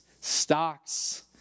stocks